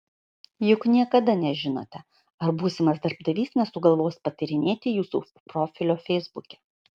juk niekada nežinote ar būsimas darbdavys nesugalvos patyrinėti jūsų profilio feisbuke